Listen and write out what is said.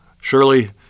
Surely